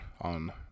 on